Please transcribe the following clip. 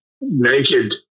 naked